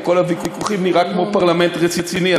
עם כל הוויכוחים נראה כמו פרלמנט רציני.